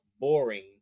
boring